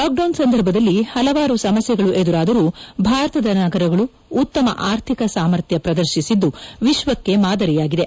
lockdown ಸಂದರ್ಭದಲ್ಲಿ ಹಲವಾರು ಸಮಸ್ಥೆಗಳು ಎದುರಾದರೂ ಭಾರತದ ನಗರಗಳು ಉತ್ತಮ ಆರ್ಥಿಕ ಸಾಮರ್ಥ್ನ ಪ್ರದರ್ಶಿಸಿದ್ದು ವಿಶ್ವಕ್ಕೆ ಮಾದರಿಯಾಗಿವೆ